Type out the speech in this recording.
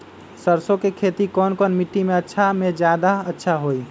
सरसो के खेती कौन मिट्टी मे अच्छा मे जादा अच्छा होइ?